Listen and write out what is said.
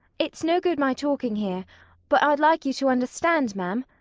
it's no good my talking here but i'd like you to understand ma'am.